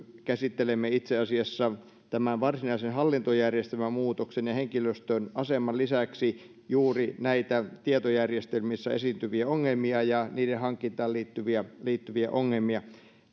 käsittelimme itse asiassa tämän varsinaisen hallintojärjestelmämuutoksen ja henkilöstön aseman lisäksi juuri näitä tietojärjestelmissä esiintyviä ongelmia ja niiden hankintaan liittyviä liittyviä ongelmia